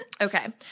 Okay